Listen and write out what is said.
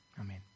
Amen